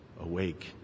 awake